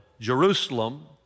Jerusalem